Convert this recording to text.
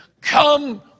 come